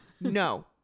no